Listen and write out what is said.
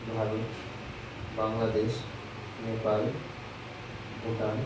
Bharat Bangladesh Nepal Bhutan